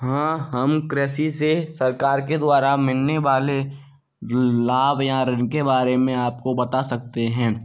हाँ हम कृषि से सरकार के द्वारा मिलने वाले लाभ या ऋण के बारे में आपको बता सकते हैं